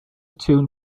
tune